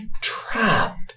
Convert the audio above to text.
trapped